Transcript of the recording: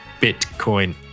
bitcoin